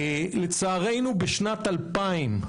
לצערנו, בשנת 2000,